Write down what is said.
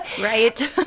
Right